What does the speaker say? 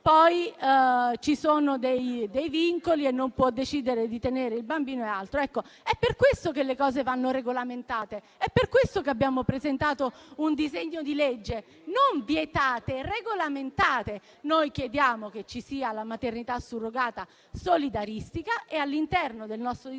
poi ci sono dei vincoli e non può decidere di tenere il bambino. È per questo che le cose vanno regolamentate; è per questo che abbiamo presentato un disegno di legge. Le cose vanno non vietate, ma regolamentate. Noi chiediamo che ci sia la maternità surrogata solidaristica, e all'interno del nostro disegno